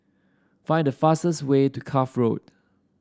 find the fastest way to Cuff Road